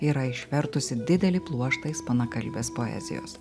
yra išvertusi didelį pluoštą ispanakalbės poezijos